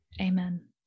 Amen